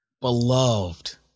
beloved